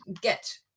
get